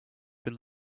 been